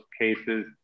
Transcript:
cases